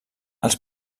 els